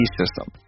system